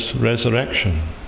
resurrection